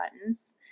buttons